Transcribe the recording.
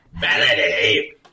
Melody